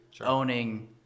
owning